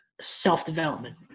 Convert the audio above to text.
self-development